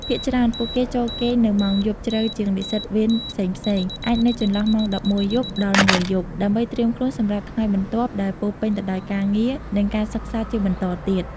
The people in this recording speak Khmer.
ភាគច្រើនពួកគេចូលគេងនៅម៉ោងយប់ជ្រៅជាងនិស្សិតវេនផ្សេងៗ អាចនៅចន្លោះម៉ោង ១១ យប់ ដល់ ១ យប់ ដើម្បីត្រៀមខ្លួនសម្រាប់ថ្ងៃបន្ទាប់ដែលពោរពេញទៅដោយការងារ និងការសិក្សាជាបន្តទៀត។